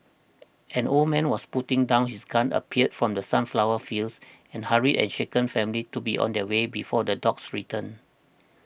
an old man was putting down his gun appeared from the sunflower fields and hurried the shaken family to be on their way before the dogs return